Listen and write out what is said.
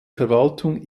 verwaltung